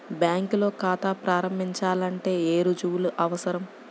బ్యాంకులో ఖాతా ప్రారంభించాలంటే ఏ రుజువులు అవసరం?